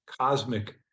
cosmic